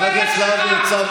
חבר הכנסת להב הרצנו,